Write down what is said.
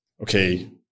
okay